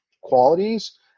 qualities